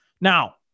Now